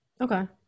Okay